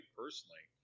personally